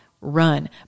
Run